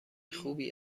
خوبی